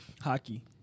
Hockey